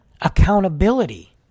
Accountability